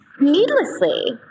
needlessly